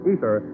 Ether